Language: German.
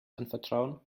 anvertrauen